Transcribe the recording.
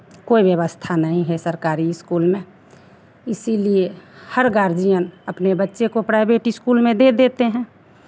कोई व्यवस्था नहीं है सरकारी स्कूल में इसीलिए हर गार्जियन अपने बच्चे को प्राइवेट स्कूल में दे देते हैं